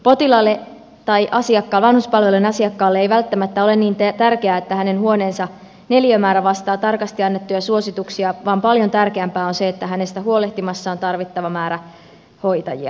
potilaalle tai vanhuspalvelujen asiakkaalle ei välttämättä ole niin tärkeää että hänen huoneensa neliömäärä vastaa tarkasti annettuja suosituksia vaan paljon tärkeämpää on se että hänestä huolehtimassa on tarvittava määrä hoitajia